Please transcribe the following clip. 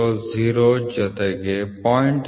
000 ಜೊತೆಗೆ 0